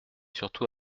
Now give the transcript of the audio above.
surtout